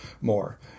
more